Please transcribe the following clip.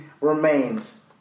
remains